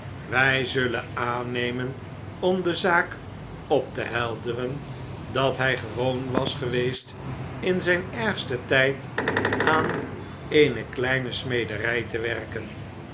wij zullen aannemen om de zaak op te helderen dat hjj gewoon was geweest in zjjn ergsten tjjd aan eene kleinesmederjj te werken